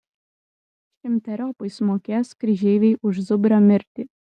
šimteriopai sumokės kryžeiviai už zubrio mirtį